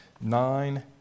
nine